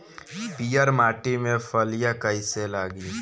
पीयर माटी में फलियां कइसे लागी?